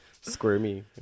squirmy